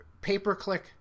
pay-per-click